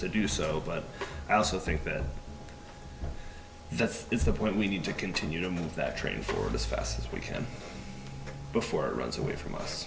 to do so but i also think that that is the point we need to continue to move that train for this fast as we can before it runs away from